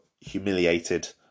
humiliated